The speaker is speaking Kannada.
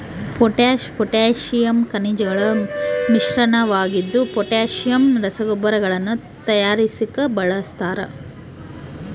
ಪೊಟ್ಯಾಶ್ ಪೊಟ್ಯಾಸಿಯಮ್ ಖನಿಜಗಳ ಮಿಶ್ರಣವಾಗಿದ್ದು ಪೊಟ್ಯಾಸಿಯಮ್ ರಸಗೊಬ್ಬರಗಳನ್ನು ತಯಾರಿಸಾಕ ಬಳಸ್ತಾರ